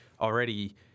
already